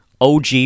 OG